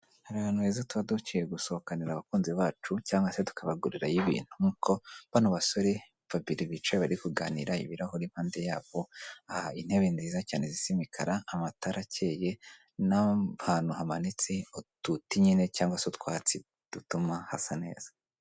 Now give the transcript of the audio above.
Hari ahantu heza tuba duciye gusohokanira abakunzi bacu cyangwa se tukabagurirayo ibintu nkuko, bano basore babiri bicaye bari kuganira ibirahuri impande yabo, aha intebe nziza cyane zisa imikara, amatara akeye n'ahantu hamanitse ututi nyine cyangwa se utwatsi dutuma ahantu hasa neza.